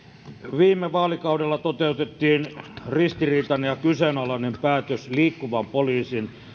viime vaalikaudella toteutettiin ristiriitainen ja kyseenalainen päätös liikkuvan poliisin